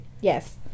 Yes